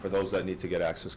for those that need to get access